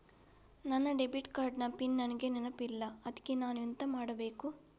ನನ್ನ debit card ನ PIN ನನಗೆ ನೆನಪಿಲ್ಲ ಅದ್ಕೆ ನಾನು ಎಂತ ಮಾಡಬೇಕು?